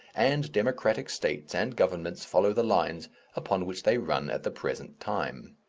and democratic states and governments follow the lines upon which they run at the present time.